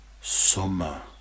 summer